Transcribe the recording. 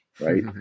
Right